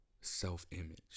self-image